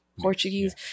Portuguese